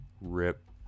Rip